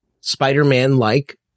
Spider-Man-like